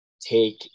take